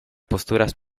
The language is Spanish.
posturas